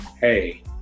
Hey